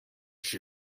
she